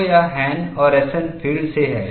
तो यह हैन और रोसेनफेल्ड से है